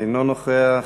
אינו נוכח,